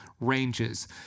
ranges